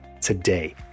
today